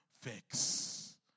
fix